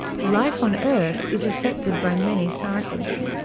life on earth is affected by many cycles,